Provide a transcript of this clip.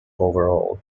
overall